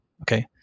Okay